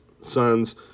sons